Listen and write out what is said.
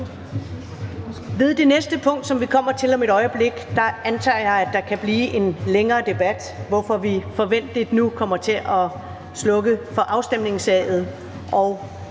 Ved det næste punkt, som vi kommer til om et øjeblik, antager jeg, at der kan blive en længere debat, hvorfor vi forventeligt nu kommer til at slukke for afstemnings-A'et, og dermed